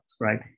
right